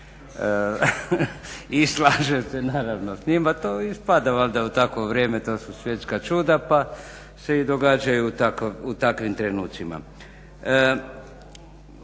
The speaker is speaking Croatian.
I slažem se naravno s njima, to ispada valjda u takvo vrijeme, to su svjetska čuda, pa se i događaju u takvim trenucima.